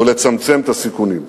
ולצמצם את הסיכונים".